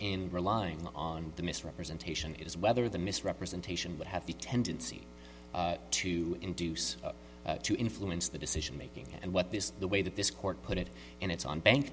in relying on the misrepresentation is whether the misrepresentation would have the tendency to induce to influence the decision making and what this the way that this court put it and its own bank